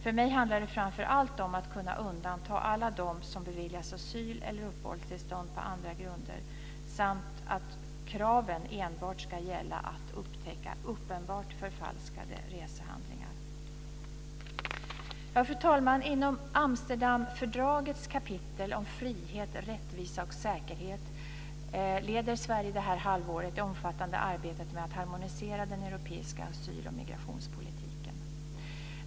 För mig handlar det framför allt om att kunna undanta alla dem som beviljas asyl eller uppehållstillstånd på andra grunder samt att kraven enbart ska gälla att upptäcka uppenbart förfalskade resehandlingar. Fru talman! Inom Amsterdamfördragets kapitel om frihet, rättvisa och säkerhet leder Sverige det här halvåret det omfattande arbetet med att harmonisera den europeiska asyl och migrationspolitiken.